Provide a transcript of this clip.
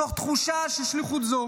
מתוך תחושת של שליחות זו